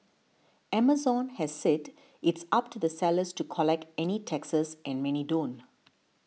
Amazon has said it's up to the sellers to collect any taxes and many don't